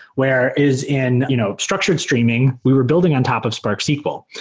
where is in you know structured streaming, we were building on top of sparksql.